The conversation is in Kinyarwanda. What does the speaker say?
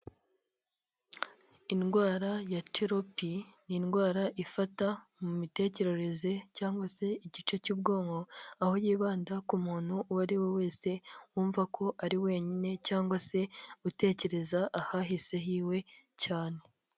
Indwara ya Teropi ni indwara ifata mu mitekerereze cyangwa se igice cy'ubwonko, aho yibanda ku muntu uwo ari we wese wumva ko ari wenyine, cyangwa se utekereza ahahise hiwe cyane.